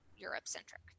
Europe-centric